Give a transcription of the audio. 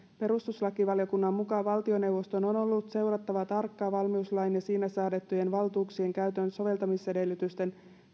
perustuslakivaliokunnan mukaan valtioneuvoston on ollut seurattava tarkkaan valmiuslain ja siinä säädettyjen valtuuksien käytön soveltamisedellytysten